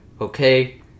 okay